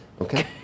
okay